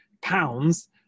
pounds